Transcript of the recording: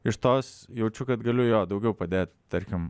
iš tos jaučiu kad galiu jo daugiau padėt tarkim